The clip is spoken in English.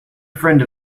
friend